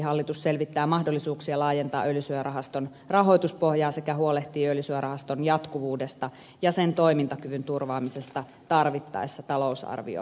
hallitus selvittää mahdollisuuksia laajentaa öljysuojarahaston rahoituspohjaa sekä huolehtii öljysuojarahaston jatkuvuudesta ja sen toimintakyvyn turvaamisesta tarvittaessa talousarvioratkaisuin